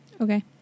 Okay